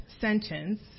sentence